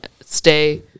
stay